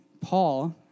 Paul